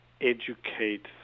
educate